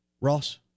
Ross